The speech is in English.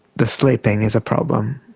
the sleeping is a problem,